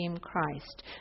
Christ